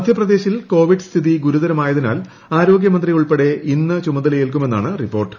മധ്യപ്രദേശിൽ കോവിഡ് സ്ഥിതി ഗുരുതരമായതിനാൽ ആരോഗ്യമന്ത്രി ഉൾപ്പെടെ ഇന്ന് ചുമതലയേൽക്കുമെന്നാണ് റിപ്പോർട്ട്